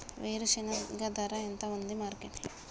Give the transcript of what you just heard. వేరుశెనగ ధర ఎంత ఉంది మార్కెట్ లో?